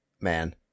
man